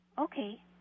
Okay